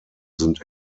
sind